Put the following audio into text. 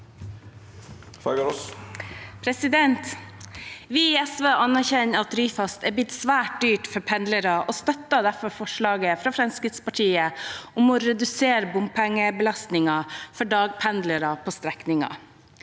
Vi i SV anerkjenner at Ryfast er blitt svært dyrt for pendlere og støtter derfor forslaget fra Fremskrittspartiet om å redusere bompengebelastningen for dagpendlere på strekningen.